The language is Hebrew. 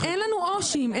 עו"שים.